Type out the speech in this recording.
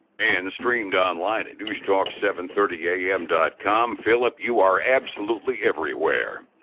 and the streamed online talks seven thirty yeah a m. dot-com. philip, you are absolutely everywhere.